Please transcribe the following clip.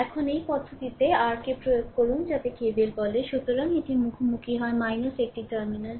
এখন এই পদ্ধতিতে r কে প্রয়োগ করুন যাকে KVL বলে সুতরাং এটি মুখোমুখি হয় একটি টার্মিনাল